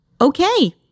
okay